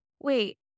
wait